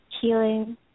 healing